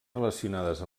relacionades